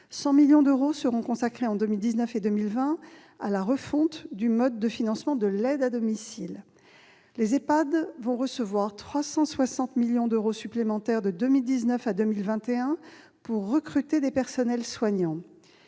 100 millions d'euros seront consacrés à la refonte du mode de financement de l'aide à domicile. Par ailleurs, les EHPAD recevront 360 millions d'euros supplémentaires de 2019 à 2021 pour recruter des personnels soignants.